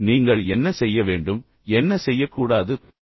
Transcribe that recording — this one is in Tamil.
எனவே நீங்கள் என்ன செய்ய வேண்டும் என்ன செய்யக்கூடாது என்று நான் சொன்னேன்